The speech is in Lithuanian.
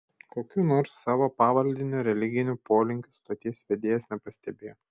kokių nors savo pavaldinio religinių polinkių stoties vedėjas nepastebėjo